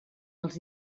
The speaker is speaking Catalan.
els